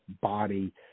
body